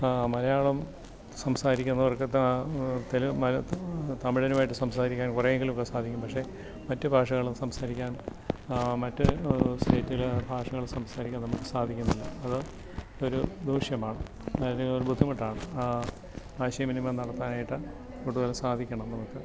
മലയാളം സംസാരിക്കുന്നവർക്ക് താ തെലുങ്ക് തമിഴരുവായിട്ട് സംസാരിക്കാൻ കുറെ എങ്കിലുമൊക്കെ സാധിക്കും പക്ഷെ മറ്റ് ഭാഷകള് സംസാരിക്കാൻ മറ്റ് സ്റ്റേറ്റിലെ ഭാഷകൾ സംസാരിക്കാൻ നമുക്ക് സാധിക്കുന്നില്ല അത് ഒരു ദൂഷ്യമാണ് അതിന് ബുദ്ധിമുട്ടാണ് ആശയവിനിമയം നടത്താനായിട്ട് പൊതുവെ സാധിക്കണം നമുക്ക്